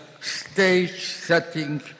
stage-setting